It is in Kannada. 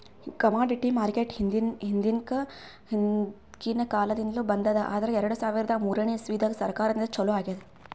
ಕಮಾಡಿಟಿ ಮಾರ್ಕೆಟ್ ಹಿಂದ್ಕಿನ್ ಕಾಲದಿಂದ್ಲು ಬಂದದ್ ಆದ್ರ್ ಎರಡ ಸಾವಿರದ್ ಮೂರನೇ ಇಸ್ವಿದಾಗ್ ಸರ್ಕಾರದಿಂದ ಛಲೋ ಆಗ್ಯಾದ್